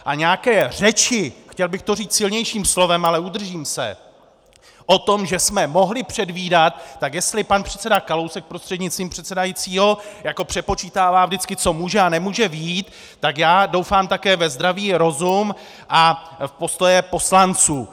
A nějaké řeči chtěl bych to říct silnějším slovem, ale udržím se o tom, že jsme mohli předvídat, tak jestli pan předseda Kalousek prostřednictvím předsedajícího jako přepočítává vždycky, co může a nemůže vyjít, tak já doufám také ve zdravý rozum a v postoje poslanců.